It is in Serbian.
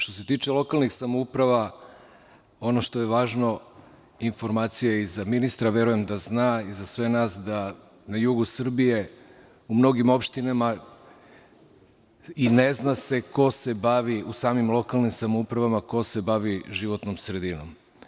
Što se tiče lokalnih samouprava, ono što je važno, informacija je i za ministra, a verujem da zna, kao i za sve nas, da se na jugu Srbije u mnogim opštinama i ne zna ko se bavi u samim lokalnim samoupravama životnom sredinom.